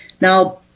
Now